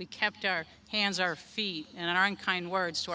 we kept our hands our feet and in our own kind words to